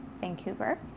Vancouver